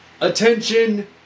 Attention